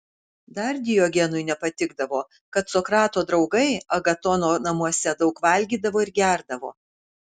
dar diogenui nepatikdavo kad sokrato draugai agatono namuose daug valgydavo ir gerdavo